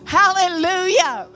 hallelujah